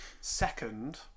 Second